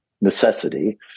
necessity